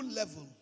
level